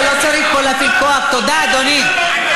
קשה לכם עם זכויות אדם וזכויות מיעוט.